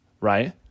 right